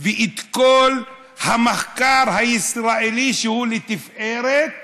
ואת כל המחקר הישראלי, שהוא לתפארת,